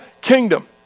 kingdom